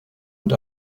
und